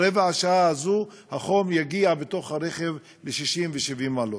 ברבע שעה החום בתוך הרכב יגיע ל-60 70 מעלות.